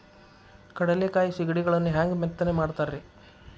ಕಡಲೆಕಾಯಿ ಸಿಗಡಿಗಳನ್ನು ಹ್ಯಾಂಗ ಮೆತ್ತನೆ ಮಾಡ್ತಾರ ರೇ?